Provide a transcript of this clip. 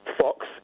fox